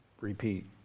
Repeat